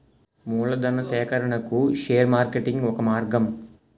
మూలధనా సేకరణకు share marketing ఒక మార్గం